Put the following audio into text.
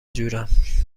جورم